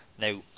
now